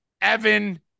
evan